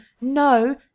No